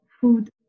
food